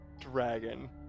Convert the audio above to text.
dragon